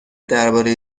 درباره